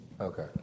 Okay